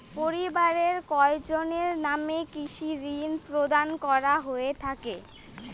পরিবারের কয়জনের নামে কৃষি ঋণ প্রদান করা হয়ে থাকে?